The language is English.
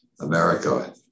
America